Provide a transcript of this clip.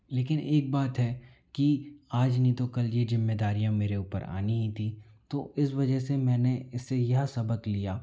लेकिन एक बात है कि आज नहीं तो कल ये जिम्मेदारियाँ मेरे ऊपर आनी ही थी तो इस वजह से मैंने इससे यह सबक लिया